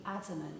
adamant